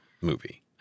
movie